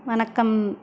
வணக்கம்